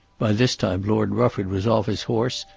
by this time lord rufford was off his horse,